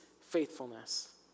faithfulness